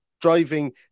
driving